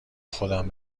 خودم